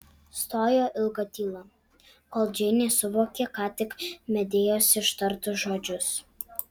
stojo ilga tyla kol džeinė suvokė ką tik medėjos ištartus žodžius